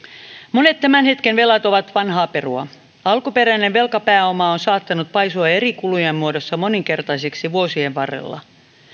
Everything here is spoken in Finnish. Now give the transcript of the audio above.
monet tämän hetken velat ovat vanhaa perua alkuperäinen velkapääoma on saattanut paisua eri kulujen muodossa moninkertaiseksi vuosien varrella